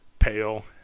pale